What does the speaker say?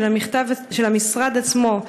של המשרד עצמו,